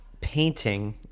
painting